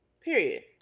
Period